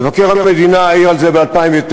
מבקר המדינה העיר על זה ב-2009,